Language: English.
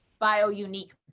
bio-unique